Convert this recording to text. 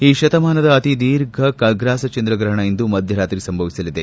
ಈ ಶತಮಾನದ ಅತಿದೀರ್ಘ ಖಗ್ರಾಸ ಚಂದ್ರಗ್ರಹಣ ಇಂದು ಮಧ್ಯರಾತ್ರಿ ಸಂಭವಿಸಲಿದೆ